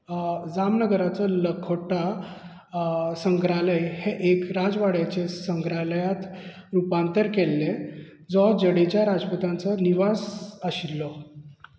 जामनगरचो लखोटा संग्रहालय हें एक राजवाड्याचें संग्रहालयांत रुपांतर केल्लें जो जडेजा राजपूतांचो निवास आशिल्लो